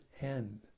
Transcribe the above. end